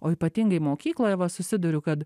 o ypatingai mokykloje va susiduriu kad